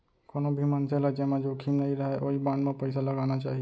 कोनो भी मनसे ल जेमा जोखिम नइ रहय ओइ बांड म पइसा लगाना चाही